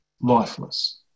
lifeless